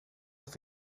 off